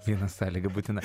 viena sąlyga būtina